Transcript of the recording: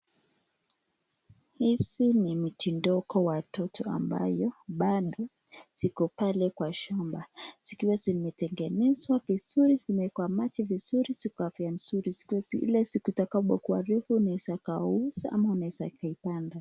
Hizi ni miti ndogo watoto ambayo bado ziko pale kwa shamba zikiwa zimetengenezwa vizuri, zimewekwa maji vizuri ziko afya nzuri. Ile siku itakapokua refu, unaeza kauza ama ama unaeza kaipanda